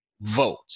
vote